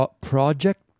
Project